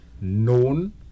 known